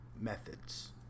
methods